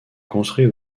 construit